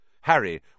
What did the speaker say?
Harry